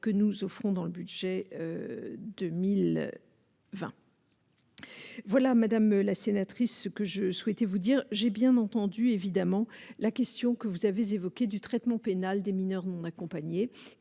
que nous offrons dans le budget 2000. 20. Voilà madame la sénatrice, ce que je souhaitais vous dire, j'ai bien entendu évidemment la question que vous avez évoquées du traitement pénal des mineurs non accompagnés